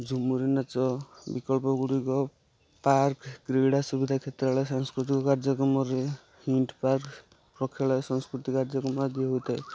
ଝୁମୁରି ନାଚ ବିକଳ୍ପଗୁଡ଼ିକ ପାର୍କ କ୍ରୀଡ଼ା ସୁବିଧା କ୍ଷେତ୍ରରେ ସାଂସ୍କୃତିକ କାର୍ଯ୍ୟକ୍ରମରେ ପାର୍କ ପ୍ରେକ୍ଷାଳୟ ସଂସ୍କୃତି କାର୍ଯ୍ୟକ୍ରମ ଆଦି ହୋଇଥାଏ